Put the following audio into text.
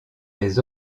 des